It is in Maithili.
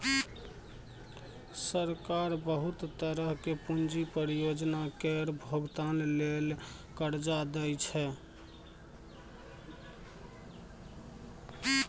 सरकार बहुत तरहक पूंजी परियोजना केर भोगतान लेल कर्जा दइ छै